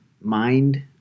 mind